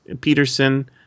Peterson